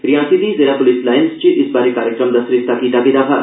रियासी दी जिला पुलस लाईन च इस बारे कार्यक्रम दा सरिस्ता कीता गेदा हा